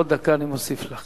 עוד דקה אני מוסיף לך.